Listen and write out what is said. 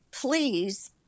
please